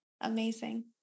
Amazing